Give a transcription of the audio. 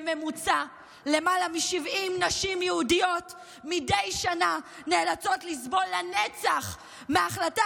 בממוצע למעלה מ-70 נשים יהודיות מדי שנה נאלצות לסבול לנצח מההחלטה